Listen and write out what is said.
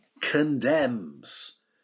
condemns